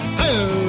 hello